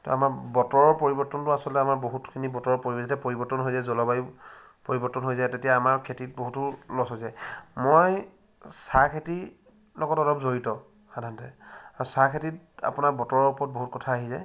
তো আমাৰ বতৰৰ পৰিৱৰ্তনটো আচলতে আমাৰ বহুতখিনি বতৰৰ পৰিৱেশ যেতিয়া পৰিৱৰ্তন হৈ যায় জলবায়ু পৰিৱৰ্তন হৈ যায় তেতিয়া আমাৰ খেতিত বহুতো লছ হৈ যায় মই চাহ খেতিৰ লগত অলপ জড়িত সাধাৰণতে আৰু চাহ খেতিত আপোনাৰ বতৰৰ ওপৰত বহুত কথা আহি যায়